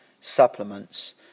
supplements